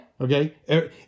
Okay